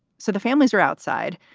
so the families are outside.